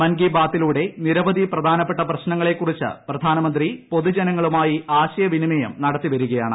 മൻ കി ബാത്തിലൂടെ നിരവധി പ്രധാനപ്പെട്ട പ്രശ്നങ്ങളെകുറിച്ച് പ്രധാനമന്ത്രി പൊതുജനങ്ങളുമായി ആശയ വിനിമയം നടത്തി വരികയാണ്